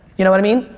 you know what i mean?